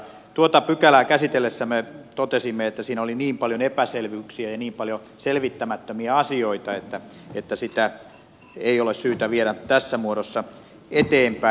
tuota pykälää käsitellessämme totesimme että siinä oli niin paljon epäselvyyksiä ja niin paljon selvittämättömiä asioita että sitä ei ole syytä viedä tässä muodossa eteenpäin